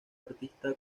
artista